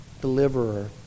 deliverer